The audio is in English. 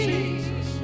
Jesus